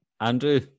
Andrew